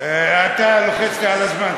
אתה לוחץ לי על הזמן,